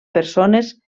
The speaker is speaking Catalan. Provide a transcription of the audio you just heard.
persones